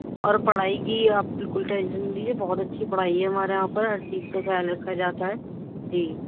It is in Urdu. اور پڑھائی کی آپ بالکل ٹینشن نہ لیجئے بہت اچھی پڑھائی ہے ہمارے یہاں پر ہر چیز کا خیال رکھا جاتا ہے جی